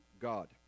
God